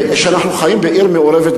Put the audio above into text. אנחנו חיים בעיר מעורבת,